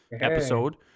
episode